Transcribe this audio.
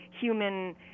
human